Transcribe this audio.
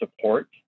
support